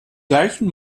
gleichen